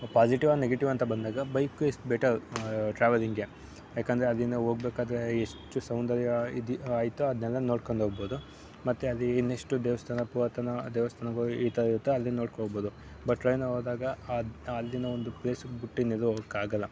positive or negative ಅಂತ ಬಂದಾಗ bike is better ಟ್ರಾವಲಿಂಗೆ ಏಕೆಂದ್ರೆ ಅಲ್ಲಿಂದ ಹೋಗಬೇಕಾದ್ರೆ ಎಷ್ಟು ಸೌಂದರ್ಯ ಇದಿ ಐತೋ ಅದನ್ನೆಲ್ಲ ನೋಡ್ಕೊಂಡು ಹೋಗ್ಬೋದು ಮತ್ತೆ ಅಲ್ಲಿ ಇನ್ನಿಷ್ಟು ದೇವಸ್ಥಾನ ಪುರಾತನ ದೇವಸ್ಥಾನಗಳು ಇರ್ತಾವೆ ಅಲ್ಲಿ ನೋಡ್ಕೊ ಹೋಗ್ಬೋದು ಬಟ್ ಟ್ರೈನಿಗೆ ಹೋದಾಗ ಆದ ಅಲ್ಲಿನ ಒಂದು ಪ್ಲೇಸು ಬಿಟ್ಟಿನ್ನೆಲ್ಲೂ ಹೋಗೋಕ್ಕಾಗಲ್ಲ